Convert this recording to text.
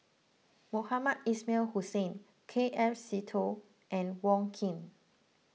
Mohamed Ismail Hussain K F Seetoh and Wong Keen